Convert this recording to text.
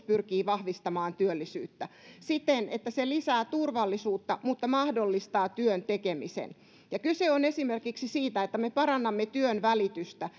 pyrkii vahvistamaan työllisyyttä siten että se lisää turvallisuutta mutta mahdollistaa työn tekemisen kyse on esimerkiksi siitä että me parannamme työnvälitystä